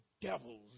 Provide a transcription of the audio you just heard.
devils